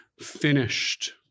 finished